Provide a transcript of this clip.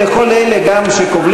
גם לכל אלה שקובלים,